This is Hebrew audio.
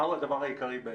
מהו הדבר העיקרי בעיניך?